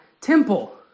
temple